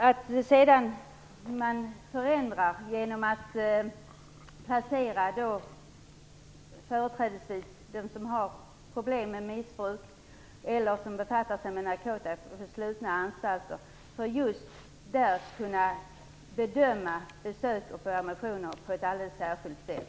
Att man gör förändringen att placera företrädesvis de som har problem med missbruk eller som befattar sig med narkotika på slutna anstalter är för att just där kunna bedöma besök och permissioner på ett alldeles särskilt sätt.